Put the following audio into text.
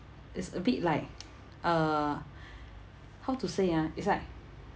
it's a bit like uh how to say ah it's like